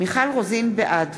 בעד